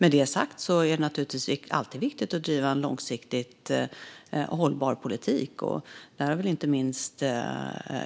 Med det sagt är det naturligtvis alltid viktigt att bedriva en långsiktigt hållbar politik. Inte minst